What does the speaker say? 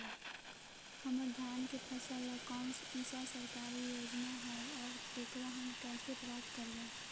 हमर धान के फ़सल ला कौन सा सरकारी योजना हई और एकरा हम कैसे प्राप्त करबई?